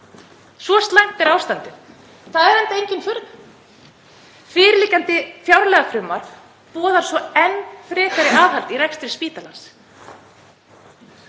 Svo slæmt er ástandið. Það er enda engin furða; fyrirliggjandi fjárlagafrumvarp boðar enn frekara aðhald í rekstri spítalans.